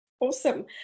Awesome